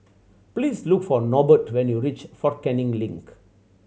please look for Norbert when you reach Fort Canning Link